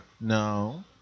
No